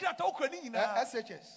SHS